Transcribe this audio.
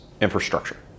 infrastructure